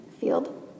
field